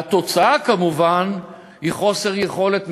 והתוצאה כמובן היא חוסר יכולת משילות,